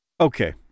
Okay